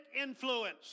influence